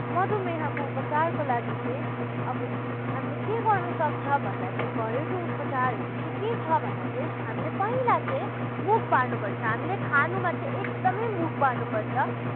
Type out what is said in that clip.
मधुमेहको उपचारको लागि चाहिँ अब हामीले के गर्न सक्छ भन्दा चाहिँ घरेलु उपचारहरू चाहिँ के छ भन्दा चाहिँ हामीले पहिला चाहिँ मुख बार्नु पर्छ हामीले खानुमा चाहिँ एकदमै मुख बार्नु पर्छ